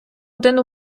один